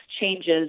changes